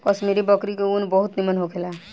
कश्मीरी बकरी के ऊन बहुत निमन होखेला